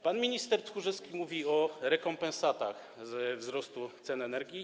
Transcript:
Pan minister Tchórzewski mówi o rekompensatach z tytułu wzrostu cen energii.